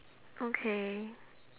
okay